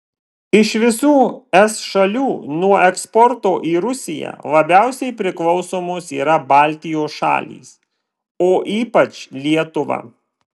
iš visų es šalių nuo eksporto į rusiją labiausiai priklausomos yra baltijos šalys o ypač lietuva